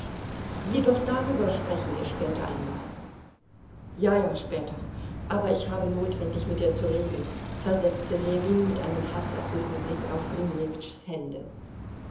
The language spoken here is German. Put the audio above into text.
doch darüber sprechen wir später einmal ja ja später aber ich habe notwendig mit dir zu reden versetzte ljewin mit einem haßerfüllten blick auf grinjewitschs hände